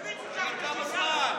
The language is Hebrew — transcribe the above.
תגיד כמה זמן.